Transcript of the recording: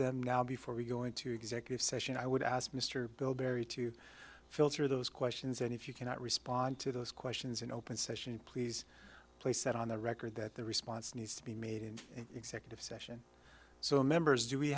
them now before we go into executive session i would ask mr bilberry to filter those questions and if you cannot respond to those questions in open session please place that on the record that the response needs to be made in an executive session so members do we